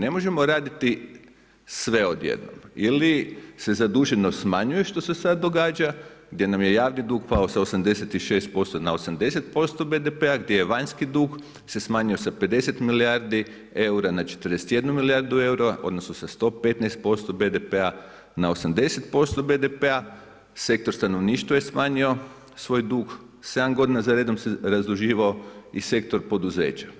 Ne možemo raditi sve odjednom, ili se zaduženost smanjuje što se sad događa, gdje nam je javni dug pao sa 86% na 80% BDP-a, gdje vanjski dug se smanjio sa 50 milijardi eura, na 41 milijardu eura, odnosno sa 115% BDP-a na 80% BDP-a sektor stanovništva je smanjio svoj dug, 7 g. za redom se razrađivao i sektor poduzeća.